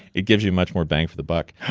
it gives you much more bang for the buck.